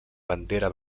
bandera